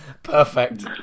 perfect